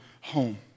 home